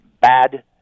bad